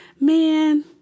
man